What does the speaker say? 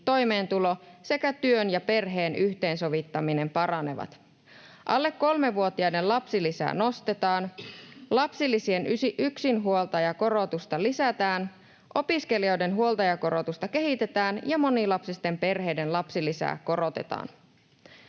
toimeentulo sekä työn ja perheen yhteensovittaminen paranevat. Alle kolmevuotiaiden lapsilisää nostetaan, lapsilisien yksinhuoltajakorotusta lisätään, opiskelijoiden huoltajakorotusta kehitetään ja monilapsisten perheiden lapsilisää korotetaan.